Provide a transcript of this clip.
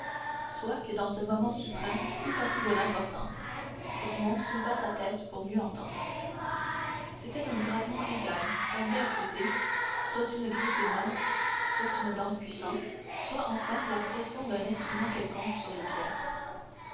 soit que dans ce moment suprême tout acquît de l'importance edmond souleva sa tête pour mieux entendre c'était un grattement égal qui semblait accuser soit une griffe énorme soit une dent puissante soit enfin la pression d'un instrument quelconque sur des pierres